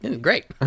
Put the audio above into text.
great